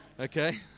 okay